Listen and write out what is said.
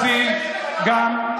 תתבייש לך, ליישם את הפתרון הסופי גם שם.